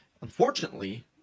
Unfortunately